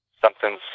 Something's